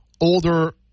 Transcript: older